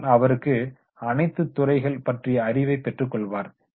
இதனால் அவருக்கு அனைத்து துறைகள் பற்றிய அறிவை பெற்றுக்கொள்வார்